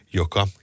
joka